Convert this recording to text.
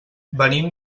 venim